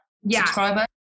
subscriber